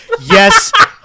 Yes